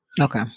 Okay